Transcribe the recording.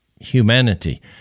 humanity